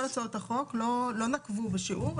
כל הצעות החוק לא נקבעו בשיעור,